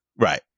right